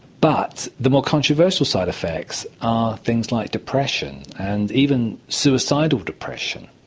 but the more controversial side effects are things like depression and even suicidal depression.